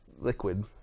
liquid